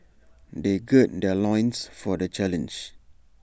they gird their loins for the challenge